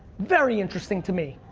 very interesting to me.